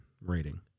rating